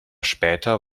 später